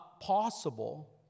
possible